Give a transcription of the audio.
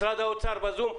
משרד האוצר בזום.